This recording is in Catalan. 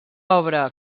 obra